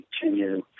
continue